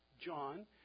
John